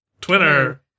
Twitter